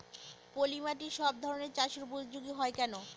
পলিমাটি সব ধরনের চাষের উপযোগী হয় কেন?